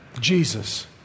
Jesus